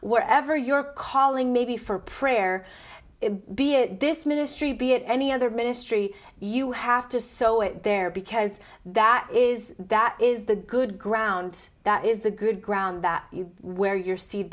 wherever your calling may be for prayer be it this ministry be it any other ministry you have to so it there because that is that is the good ground that is the good ground that you where your seed